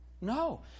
No